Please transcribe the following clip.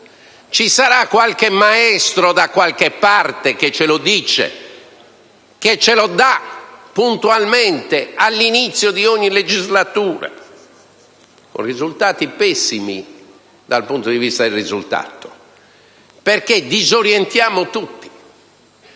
ci sarà qualche maestro da qualche parte che ce lo assegnerà puntualmente all'inizio di ogni legislatura, con esiti pessimi dal punto di vista del risultato, perché disorientiamo tutti.